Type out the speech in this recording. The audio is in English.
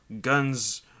guns